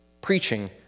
preaching